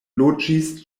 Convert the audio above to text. loĝis